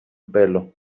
pelo